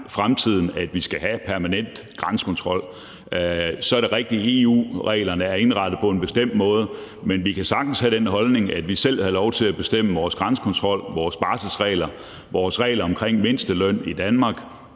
fremtiden, at vi skal have en permanent grænsekontrol. Så er det rigtigt, at EU-reglerne er indrettet på en bestemt måde, men vi kan sagtens have den holdning, at vi selv vil have lov til at bestemme over vores grænsekontrol, vores barselsregler og vores regler om mindsteløn i Danmark.